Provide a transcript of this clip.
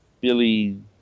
Billy